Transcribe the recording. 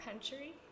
country